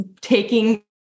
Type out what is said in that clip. taking